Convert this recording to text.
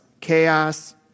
chaos